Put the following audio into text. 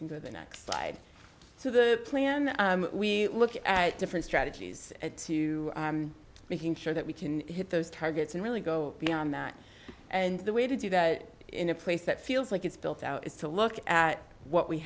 so the next slide so the plan that we look at different strategies to making sure that we can hit those targets and really go beyond that and the way to do that in a place that feels like it's built out is to look at what we